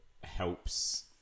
helps